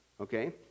okay